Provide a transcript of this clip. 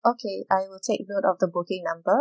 okay I will take note of the booking number